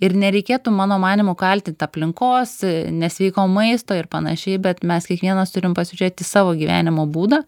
ir nereikėtų mano manymu kaltint aplinkos nesveiko maisto ir panašiai bet mes kiekvienas turim pasižiūrėti į savo gyvenimo būdą